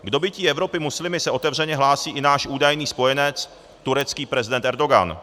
K dobytí Evropy muslimy se otevřeně hlásí i náš údajný spojenec turecký prezident Erdogan.